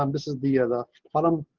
um this is the ah the bottom.